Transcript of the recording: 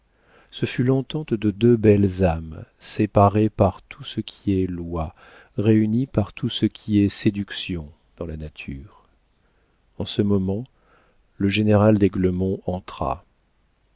ce fut l'entente de deux belles âmes séparées par tout ce qui est loi réunies par tout ce qui est séduction dans la nature en ce moment le général d'aiglemont entra